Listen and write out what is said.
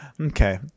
okay